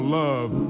love